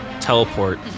teleport